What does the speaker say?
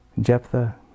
Jephthah